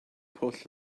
pwll